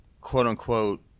quote-unquote